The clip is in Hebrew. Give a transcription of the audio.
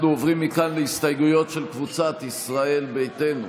אנחנו עוברים מכאן להסתייגויות של קבוצת ישראל ביתנו.